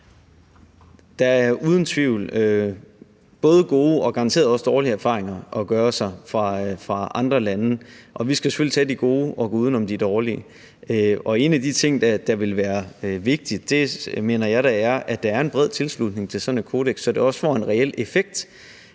Der er uden tvivl både gode og garanteret også dårlige erfaringer at få fra andre lande, og vi skal selvfølgelig tage de gode og gå uden om de dårlige. En af de ting, der vil være vigtigt, mener jeg da er, at der er en bred tilslutning til sådan et kodeks, så det også får en reel effekt